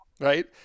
right